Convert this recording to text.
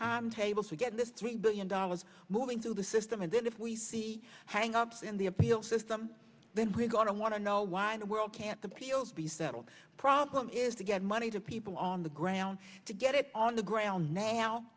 timetable to get this three billion dollars moving through the system and then if we see hang ups in the appeal system then we're gonna want to know why the world can't the peals be settled problem is to get money to people on the ground to get it on the ground now